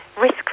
risk